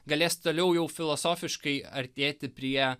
galės toliau jau filosofiškai artėti prie